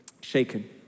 shaken